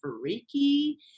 freaky